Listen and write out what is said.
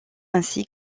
ainsi